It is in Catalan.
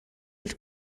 els